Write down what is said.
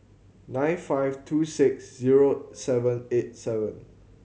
nine five two six zero seven eight seven